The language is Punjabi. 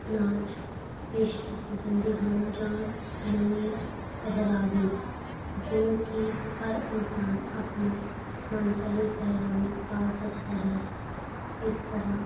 ਨਾਚ ਪੇਸ਼ ਕੀਤੇ ਜਾਂਦੇ ਹਨ ਜਾਂ ਨਵੇਂ ਪਹਿਰਾਵੇ ਜੋ ਕਿ ਹਰ ਇਨਸਾਨ ਆਪਣੀ ਮਨਚਾਹੇ ਪਹਿਰਾਵੇ ਪਾ ਸਕਦਾ ਹੈ ਇਸ ਤਰ੍ਹਾਂ